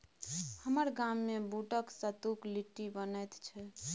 हमर गाममे बूटक सत्तुक लिट्टी बनैत छै